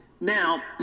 now